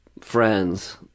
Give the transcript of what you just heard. friends